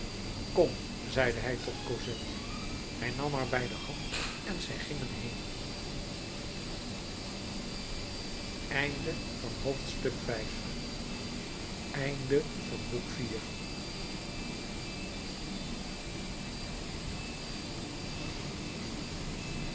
kom zeide hij tot cosette hij nam haar bij de hand en zij gingen heen